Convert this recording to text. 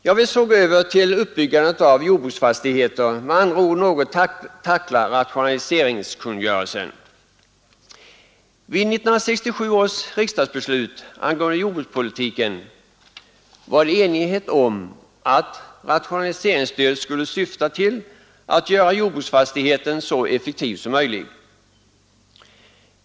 Jag vill så gå över till uppbyggandet av jordbruksfastigheter och med andra ord något tackla rationaliseringskungörelsen, Vid 1967 års riksdagsbeslut angående jordbrukspolitiken rådde enighet om att rationaliseringsstödet skulle syfta till att göra jordbruksfastigheten så effektiv som möjligt.